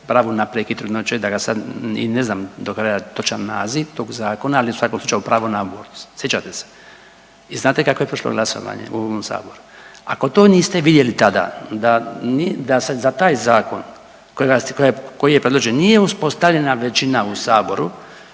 pravu na prekid trudnoće da ga sad i ne znam dokraja točan naziv tog zakona, ali u svakom slučaju pravo na abortus. Sjećate se? I znate kako je prošlo glasovanje u ovom saboru. Ako to niste vidjeli tada da se za taj zakon koji je predložen nije uspostavljena većina u saboru